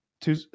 two